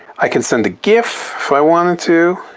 i can send a gif if i wanted to.